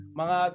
mga